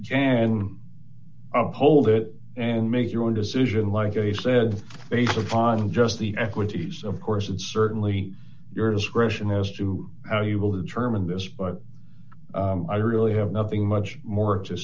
uphold it and make your own decision like i said based upon just the equities of course and certainly your discretion as to how you will determine this but i really have nothing much more to